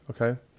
okay